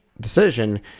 decision